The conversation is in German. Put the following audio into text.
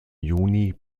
juni